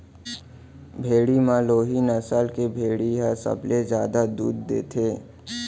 भेड़ी म लोही नसल के भेड़ी ह सबले जादा दूद देथे